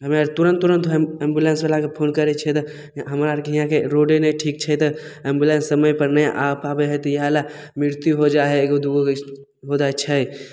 हमे आर तुरन्त तुरन्त एम्बुलेन्सवलाके फोन करै छिए तऽ हमरा आरके हिआँके रोडे नहि ठीक छै तऽ एम्बुलेन्स समयपर नहि आ पाबै हइ तऽ इएहले मृत्यु हो जाइ हइ एगो दुइगो हो जाइ छै